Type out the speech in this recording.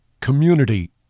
community